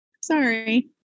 Sorry